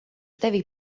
tevi